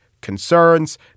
concerns